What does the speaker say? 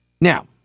Now